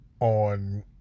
on